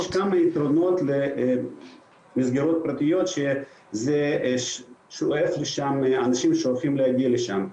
יש כמה יתרונות למסגרות פרטיות שלכן אנשים שואפים להגיע לשם.